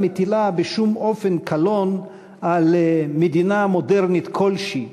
מטילה בשום אופן קלון על מדינה מודרנית כלשהי,